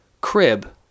crib